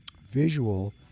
visual